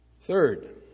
Third